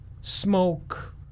smoke